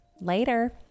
Later